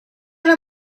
era